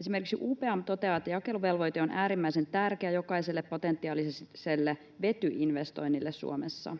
Esimerkiksi UPM toteaa, että jakeluvelvoite on äärimmäisen tärkeä jokaiselle potentiaaliselle vetyinvestoinnille Suomessa.